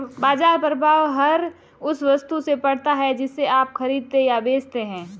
बाज़ार प्रभाव हर उस वस्तु से पड़ता है जिसे आप खरीदते या बेचते हैं